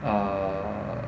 err